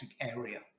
area